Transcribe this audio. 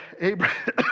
Abraham